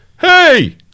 Hey